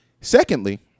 Secondly